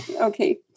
Okay